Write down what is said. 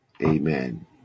Amen